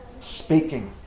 speaking